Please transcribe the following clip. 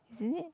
isn't it